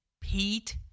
Pete